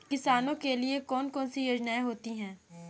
किसानों के लिए कौन कौन सी योजनायें होती हैं?